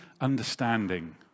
understanding